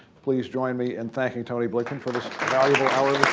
please join me in thanking tony blinken for this valuable hour